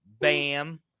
Bam